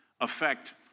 affect